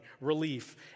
Relief